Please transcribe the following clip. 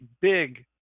big